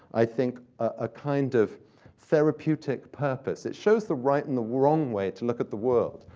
i think, a kind of therapeutic purpose. it shows the right and the wrong way to look at the world.